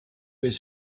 his